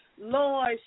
Lord